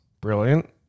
Brilliant